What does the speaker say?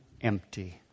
Empty